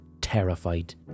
terrified